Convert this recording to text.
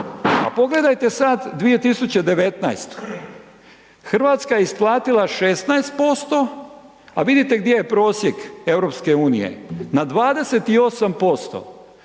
pogledajte sad 2019., Hrvatska je isplatila 16% a vidite gdje je prosjek EU-a, na 28%.